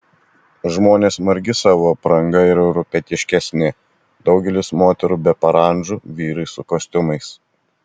žmonės margi savo apranga ir europietiškesni daugelis moterų be parandžų vyrai su kostiumais